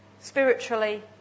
spiritually